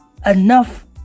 enough